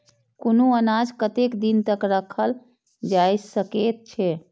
कुनू अनाज कतेक दिन तक रखल जाई सकऐत छै?